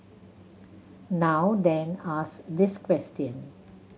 now then ask this question